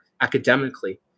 academically